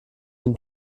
dem